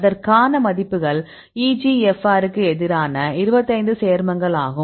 அதற்கான மதிப்புகள் EGFR க்கு எதிரான 25 சேர்மங்கள் ஆகும்